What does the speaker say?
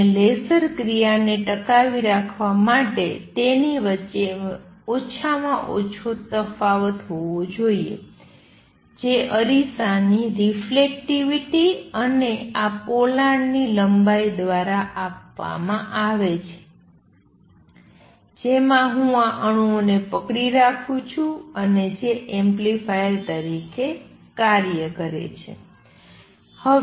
અને લેસર ક્રિયાને ટકાવી રાખવા માટે તેમની વચ્ચે ઓછામાં ઓછો તફાવત હોવો જોઈએ જે અરીસાની રિફ્લેક્ટિવિટી અને આ પોલાણની લંબાઈ દ્વારા આપવામાં આવે છે જેમાં હું આ અણુઓને પકડી રાખું છું અને જે એમ્પ્લીફાયર તરીકે કાર્ય કરે છે